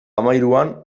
hamahiruan